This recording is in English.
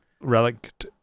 relic